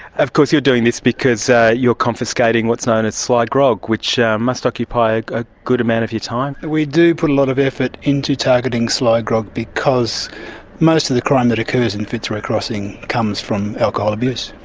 of course you're doing this because ah you're confiscating what's known as sly grog, which must occupy ah a good amount of your time. we do put a lot of effort into targeting sly grog because most of the crime that occurs in fitzroy crossing comes from alcohol abuse,